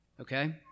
Okay